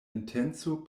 intenco